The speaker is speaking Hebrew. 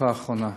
בתקופה האחרונה,